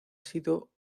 sido